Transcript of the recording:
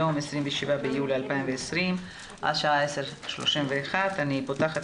היום 27 ביולי 2020. השעה 10:31. אני פותחת